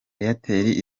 airtel